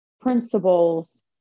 principles